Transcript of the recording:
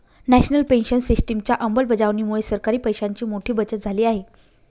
national pension सिस्टिमच्या अंमलबजावणीमुळे सरकारी पैशांची मोठी बचत झाली आहे